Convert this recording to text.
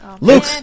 Luke